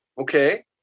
Okay